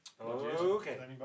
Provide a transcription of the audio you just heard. Okay